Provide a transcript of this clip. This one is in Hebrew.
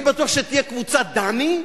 אני בטוח שתהיה קבוצת דני,